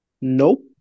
nope